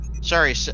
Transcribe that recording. Sorry